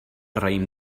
raïm